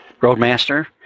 Roadmaster